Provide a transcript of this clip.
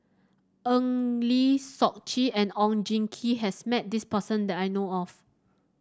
Eng Lee Seok Chee and Oon Jin Gee has met this person that I know of